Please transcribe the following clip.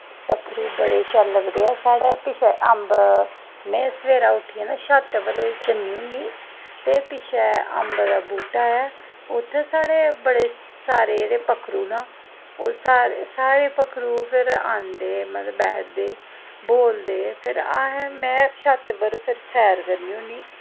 पक्खरू बड़े शैल लगदे ऐं साढ़ै पिच्छैं अम्ब में सवेरै उट्ठियै ना छत पर जन्नी होन्नी ते पिच्छें अम्ब दा बूह्टा ऐ उत्थें साढ़ै बड़े सारे जेह्ड़े पक्खरू न ओह् सारे पक्खरू मतलब आंदे बैठदे बैठदे फिर में छत पर सैर करनी होन्नी